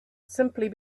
simply